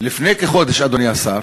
לפני כחודש, אדוני השר,